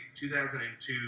2002